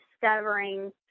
discovering